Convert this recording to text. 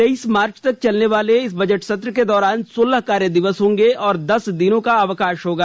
तेईस मार्च तक चलनेवाले बजट सत्र के दौरान सोलह कार्यदिवस होंगे और दस दिनों का अवकाश होगा